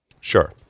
Sure